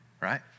right